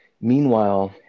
meanwhile